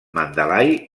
mandalay